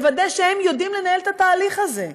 לוודא שהם יודעים לנהל את התהליך הזה.